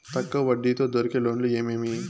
తక్కువ వడ్డీ తో దొరికే లోన్లు ఏమేమీ?